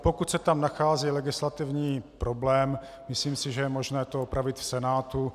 Pokud se tam nachází legislativní problém, myslím si, že je možné to opravit v Senátu.